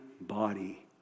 body